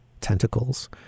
tentacles